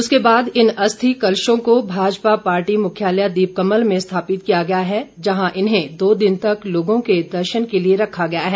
उसके बाद इन अस्थि कलशों को भाजपा पार्टी मुख्यालय दीप कमल में स्थापित किया गया है जहां इन्हें दो दिन तक लोगों के दर्शन के लिए रखा गया है